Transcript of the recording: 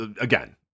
again